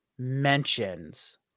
mentions